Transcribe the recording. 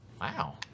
Wow